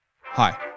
Hi